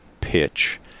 pitch